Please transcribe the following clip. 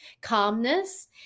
calmness